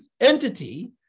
entity